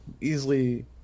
easily